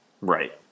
Right